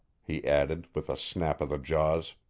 he added with a snap of the jaws.